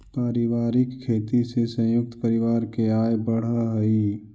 पारिवारिक खेती से संयुक्त परिवार के आय बढ़ऽ हई